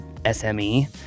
SME